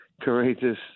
courageous